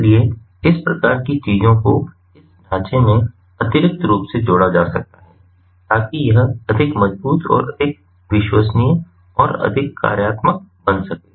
इसलिए इस प्रकार की चीजों को इस ढांचे में अतिरिक्त रूप से जोड़ा जा सकता है ताकि यह अधिक मजबूत और अधिक विश्वसनीय और अधिक कार्यात्मक बन सके